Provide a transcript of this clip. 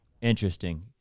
Interesting